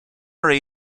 are